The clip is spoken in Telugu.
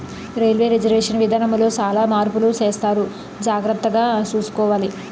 రైల్వే రిజర్వేషన్ విధానములో సాలా మార్పులు సేసారు జాగర్తగ సూసుకోవాల